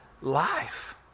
life